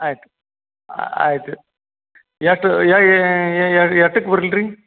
ಆಯ್ತು ಆಯಿತು ಎಷ್ಟು ಎಷ್ಟಕ್ಕೆ ಬರ್ಲಿ ರೀ